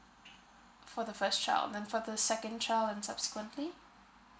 for the first child then for the second child and subsequently